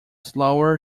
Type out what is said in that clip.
slower